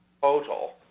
total